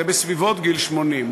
זה בסביבות גיל 80,